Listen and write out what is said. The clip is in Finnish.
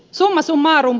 summa summarum